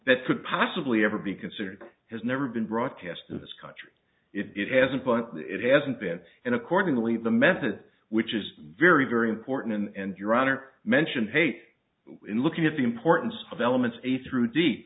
that could possibly ever be considered has never been broadcast in this country it hasn't but it hasn't been and accordingly the method which is very very important and your honor mention hate in looking at the importance of elements a through d